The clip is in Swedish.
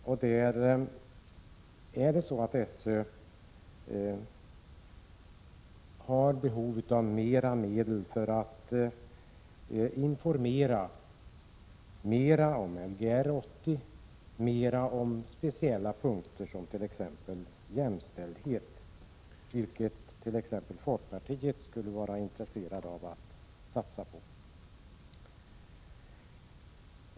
Skolöverstyrelsen har behov av mera medel för att informera mera om Lgr 80 och speciella punkter som t.ex. jämställdhet, vilket bl.a. folkpartiet skulle vara intresserat av att satsa på.